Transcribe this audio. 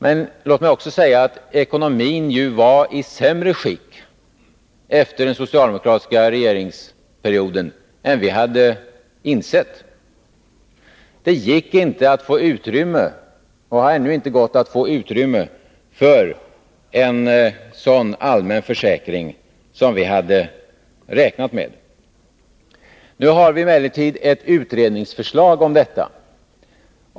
Men låt mig också säga att ekonomin ju var i sämre skick efter den socialdemokratiska regeringsperioden än vi hade insett. Det gick inte och har ännu inte gått att få utrymme för en sådan allmän försäkring som vi hade räknat med. Nu har vi emellertid ett utredningsförslag om detta.